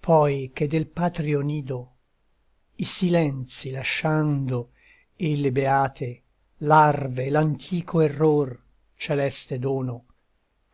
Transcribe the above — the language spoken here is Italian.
poi che del patrio nido i silenzi lasciando e le beate larve e l'antico error celeste dono